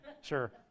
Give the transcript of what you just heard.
sure